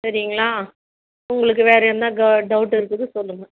சரிங்களா உங்களுக்கு வேற என்ன டவுட் இருக்குது சொல்லுங்கள்